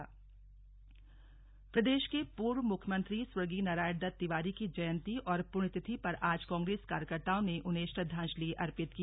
ND Tiwari श्रद्धांजलि प्रदेश के पूर्व मुख्यमंत्री स्वर्गीय नारायण दत्त तिवारी की जयंती और पृण्यतिथि पर आज कांग्रेस कार्यकर्ताओं ने उन्हें श्रद्वांजलि अर्पित की